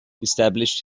established